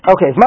Okay